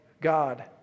God